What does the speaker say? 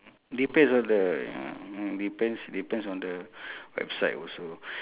depends on the you know depends depends on the website also